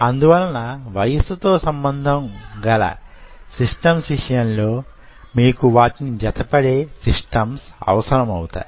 అందువలన వయస్సుతో సంబంధం గల సిస్టమ్స్ విషయంలో మీకు వాటితో జతపడే సిస్టమ్స్ అవసరం అవుతాయి